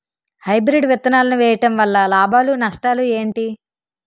Hybrid విత్తనాలు వేయటం వలన లాభాలు నష్టాలు ఏంటి?